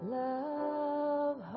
love